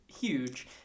huge